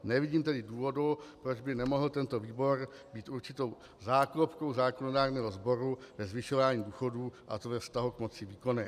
Nevidím tedy důvodu, proč by nemohl tento výbor být určitou záklopkou zákonodárného sboru ve zvyšování důchodů, a to ve vztahu k moci výkonné.